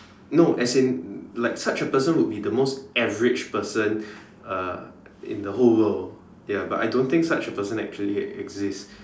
no as in like such a person would be the most average person uh in the whole world ya but I don't think such a person actually exist